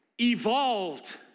evolved